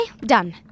done